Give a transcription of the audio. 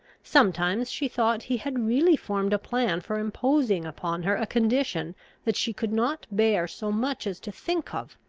sometimes she thought he had really formed a plan for imposing upon her a condition that she could not bear so much as to think of.